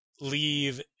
leave